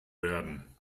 werden